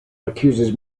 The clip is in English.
accuses